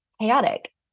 chaotic